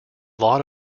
lot